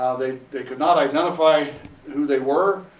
they they could not identify who they were,